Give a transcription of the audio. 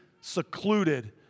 secluded